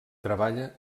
treballa